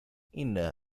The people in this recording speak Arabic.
انها